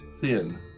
thin